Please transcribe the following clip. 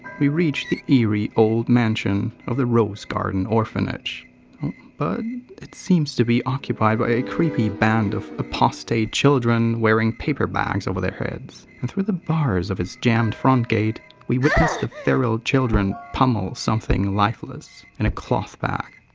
we reach the eerie old mansion of the rose garden orphanage but it seems to be occupied by a creepy band of apostate children wearing paper bags over their heads. and through the bars of its jammed front gate, we witness the feral children pummel something lifeless in a cloth bag.